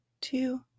two